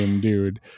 dude